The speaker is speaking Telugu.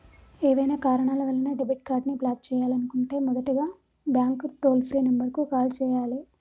ఏవైనా కారణాల వలన డెబిట్ కార్డ్ని బ్లాక్ చేయాలనుకుంటే మొదటగా బ్యాంక్ టోల్ ఫ్రీ నెంబర్ కు కాల్ చేయాలే